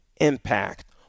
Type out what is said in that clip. impact